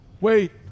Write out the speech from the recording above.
Wait